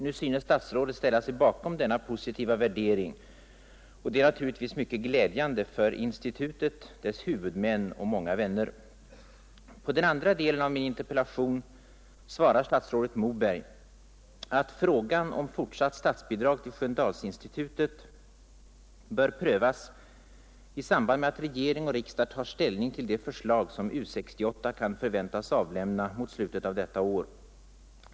Nu synes statsrådet ställa sig bakom denna positiva värdering, och det är naturligtvis mycket glädjande för institutet, dess huvudmän och många vänner. På den andra delen av min interpellation svarar statsrådet Moberg att frågan om fortsatt statsbidrag till Sköndalsinstitutet bör prövas i samband med att regering och riksdag tar ställning till de förslag som U 68 kan förväntas avlämna mot slutet av detta år.